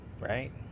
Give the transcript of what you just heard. Right